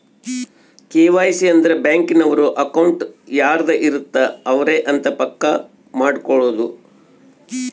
KYC ಅಂದ್ರ bank ನವರು account ಯಾರದ್ ಇರತ್ತ ಅವರೆ ಅಂತ ಪಕ್ಕ ಮಾಡ್ಕೊಳೋದು